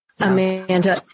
Amanda